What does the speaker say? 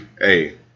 hey